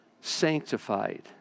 sanctified